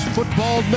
Football